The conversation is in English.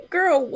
Girl